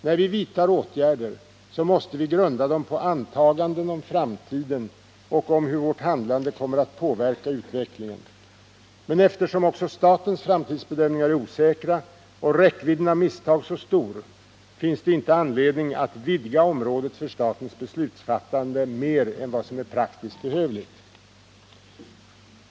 När vi vidtar åtgärder, måste vi grunda dem på antaganden om framtiden och om hur vårt handlande kommer att påverka utvecklingen. Men eftersom också statens framtidsbedömningar är osäkra och räckvidden av misstag så stor, finns det ingen anledning att vidga området för statens beslutsfattande mer än vad som är praktiskt behövligt.